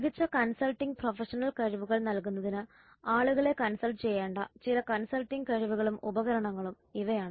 മികച്ച consulting professional കഴിവുകൾ നൽകുന്നതിന് ആളുകളെ കൺസൾട്ട് ചെയ്യേണ്ട ചില കൺസൾട്ടിംഗ് കഴിവുകളും ഉപകരണങ്ങളും ഇവയാണ്